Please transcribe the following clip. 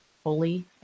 fully